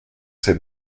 ces